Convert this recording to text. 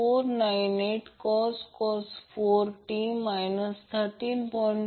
498cos 2t 30